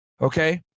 Okay